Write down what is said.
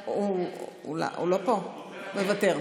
מוותר,